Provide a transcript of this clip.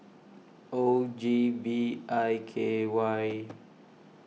O G V I K Y